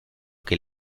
que